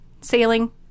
sailing